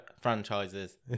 franchises